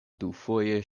dufoje